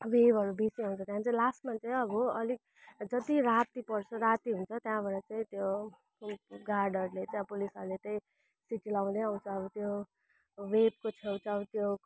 वेभहरू बेसी आउँछ त्यहाँबाट चाहिँ लास्टमा चाहिँ अब अलिक जति राति पर्छ राति हुन्छ त्यहाँबाट चाहिँ त्यो गार्डहरूले त्यो पुलिसहरूले चाहिँ सिटी लगाउँदै आउँछ अब त्यो वेभको छेउछाउ त्यो